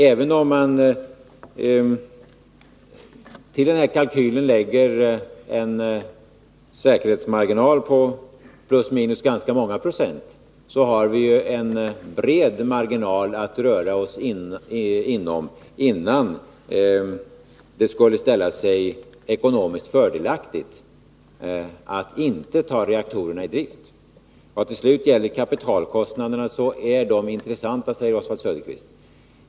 Även om man till den här kalkylen lägger en osäkerhetsmarginal på plus minus ganska många procent, har vi ju en bred marginal att röra oss inom, innan det skulle ställa sig ekonomiskt fördelaktigt att inte ta reaktorerna i drift. Vad till slut gäller kapitalkostnaderna säger Oswald Söderqvist att de är intressanta.